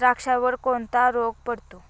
द्राक्षावर कोणता रोग पडतो?